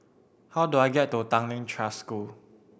how do I get to Tanglin Trust School